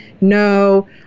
No